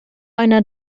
einer